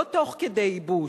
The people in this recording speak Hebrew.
לא תוך כדי ייבוש,